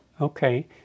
Okay